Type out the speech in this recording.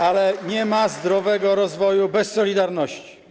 Ale nie ma zdrowego rozwoju bez solidarności.